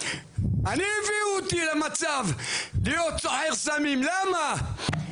אני הביאו אותי למצב להיות סוחר סמים למה?